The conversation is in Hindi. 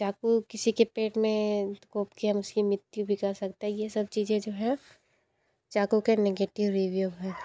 चाकू किसी के पेट में घोप कर हम उसकी मृत्यु भी कर सकते है यह सब चीज़ें जो हैं चाकू के निगेटिव रिव्यू हैं